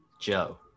Joe